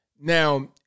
Now